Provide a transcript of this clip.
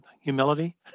humility